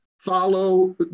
follow